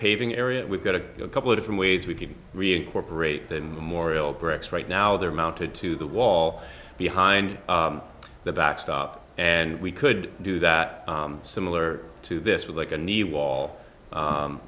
paving area we've got a couple of different ways we can reincorporate the morial bricks right now they're mounted to the wall behind the backstop and we could do that similar to this with like a knee wall